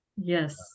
Yes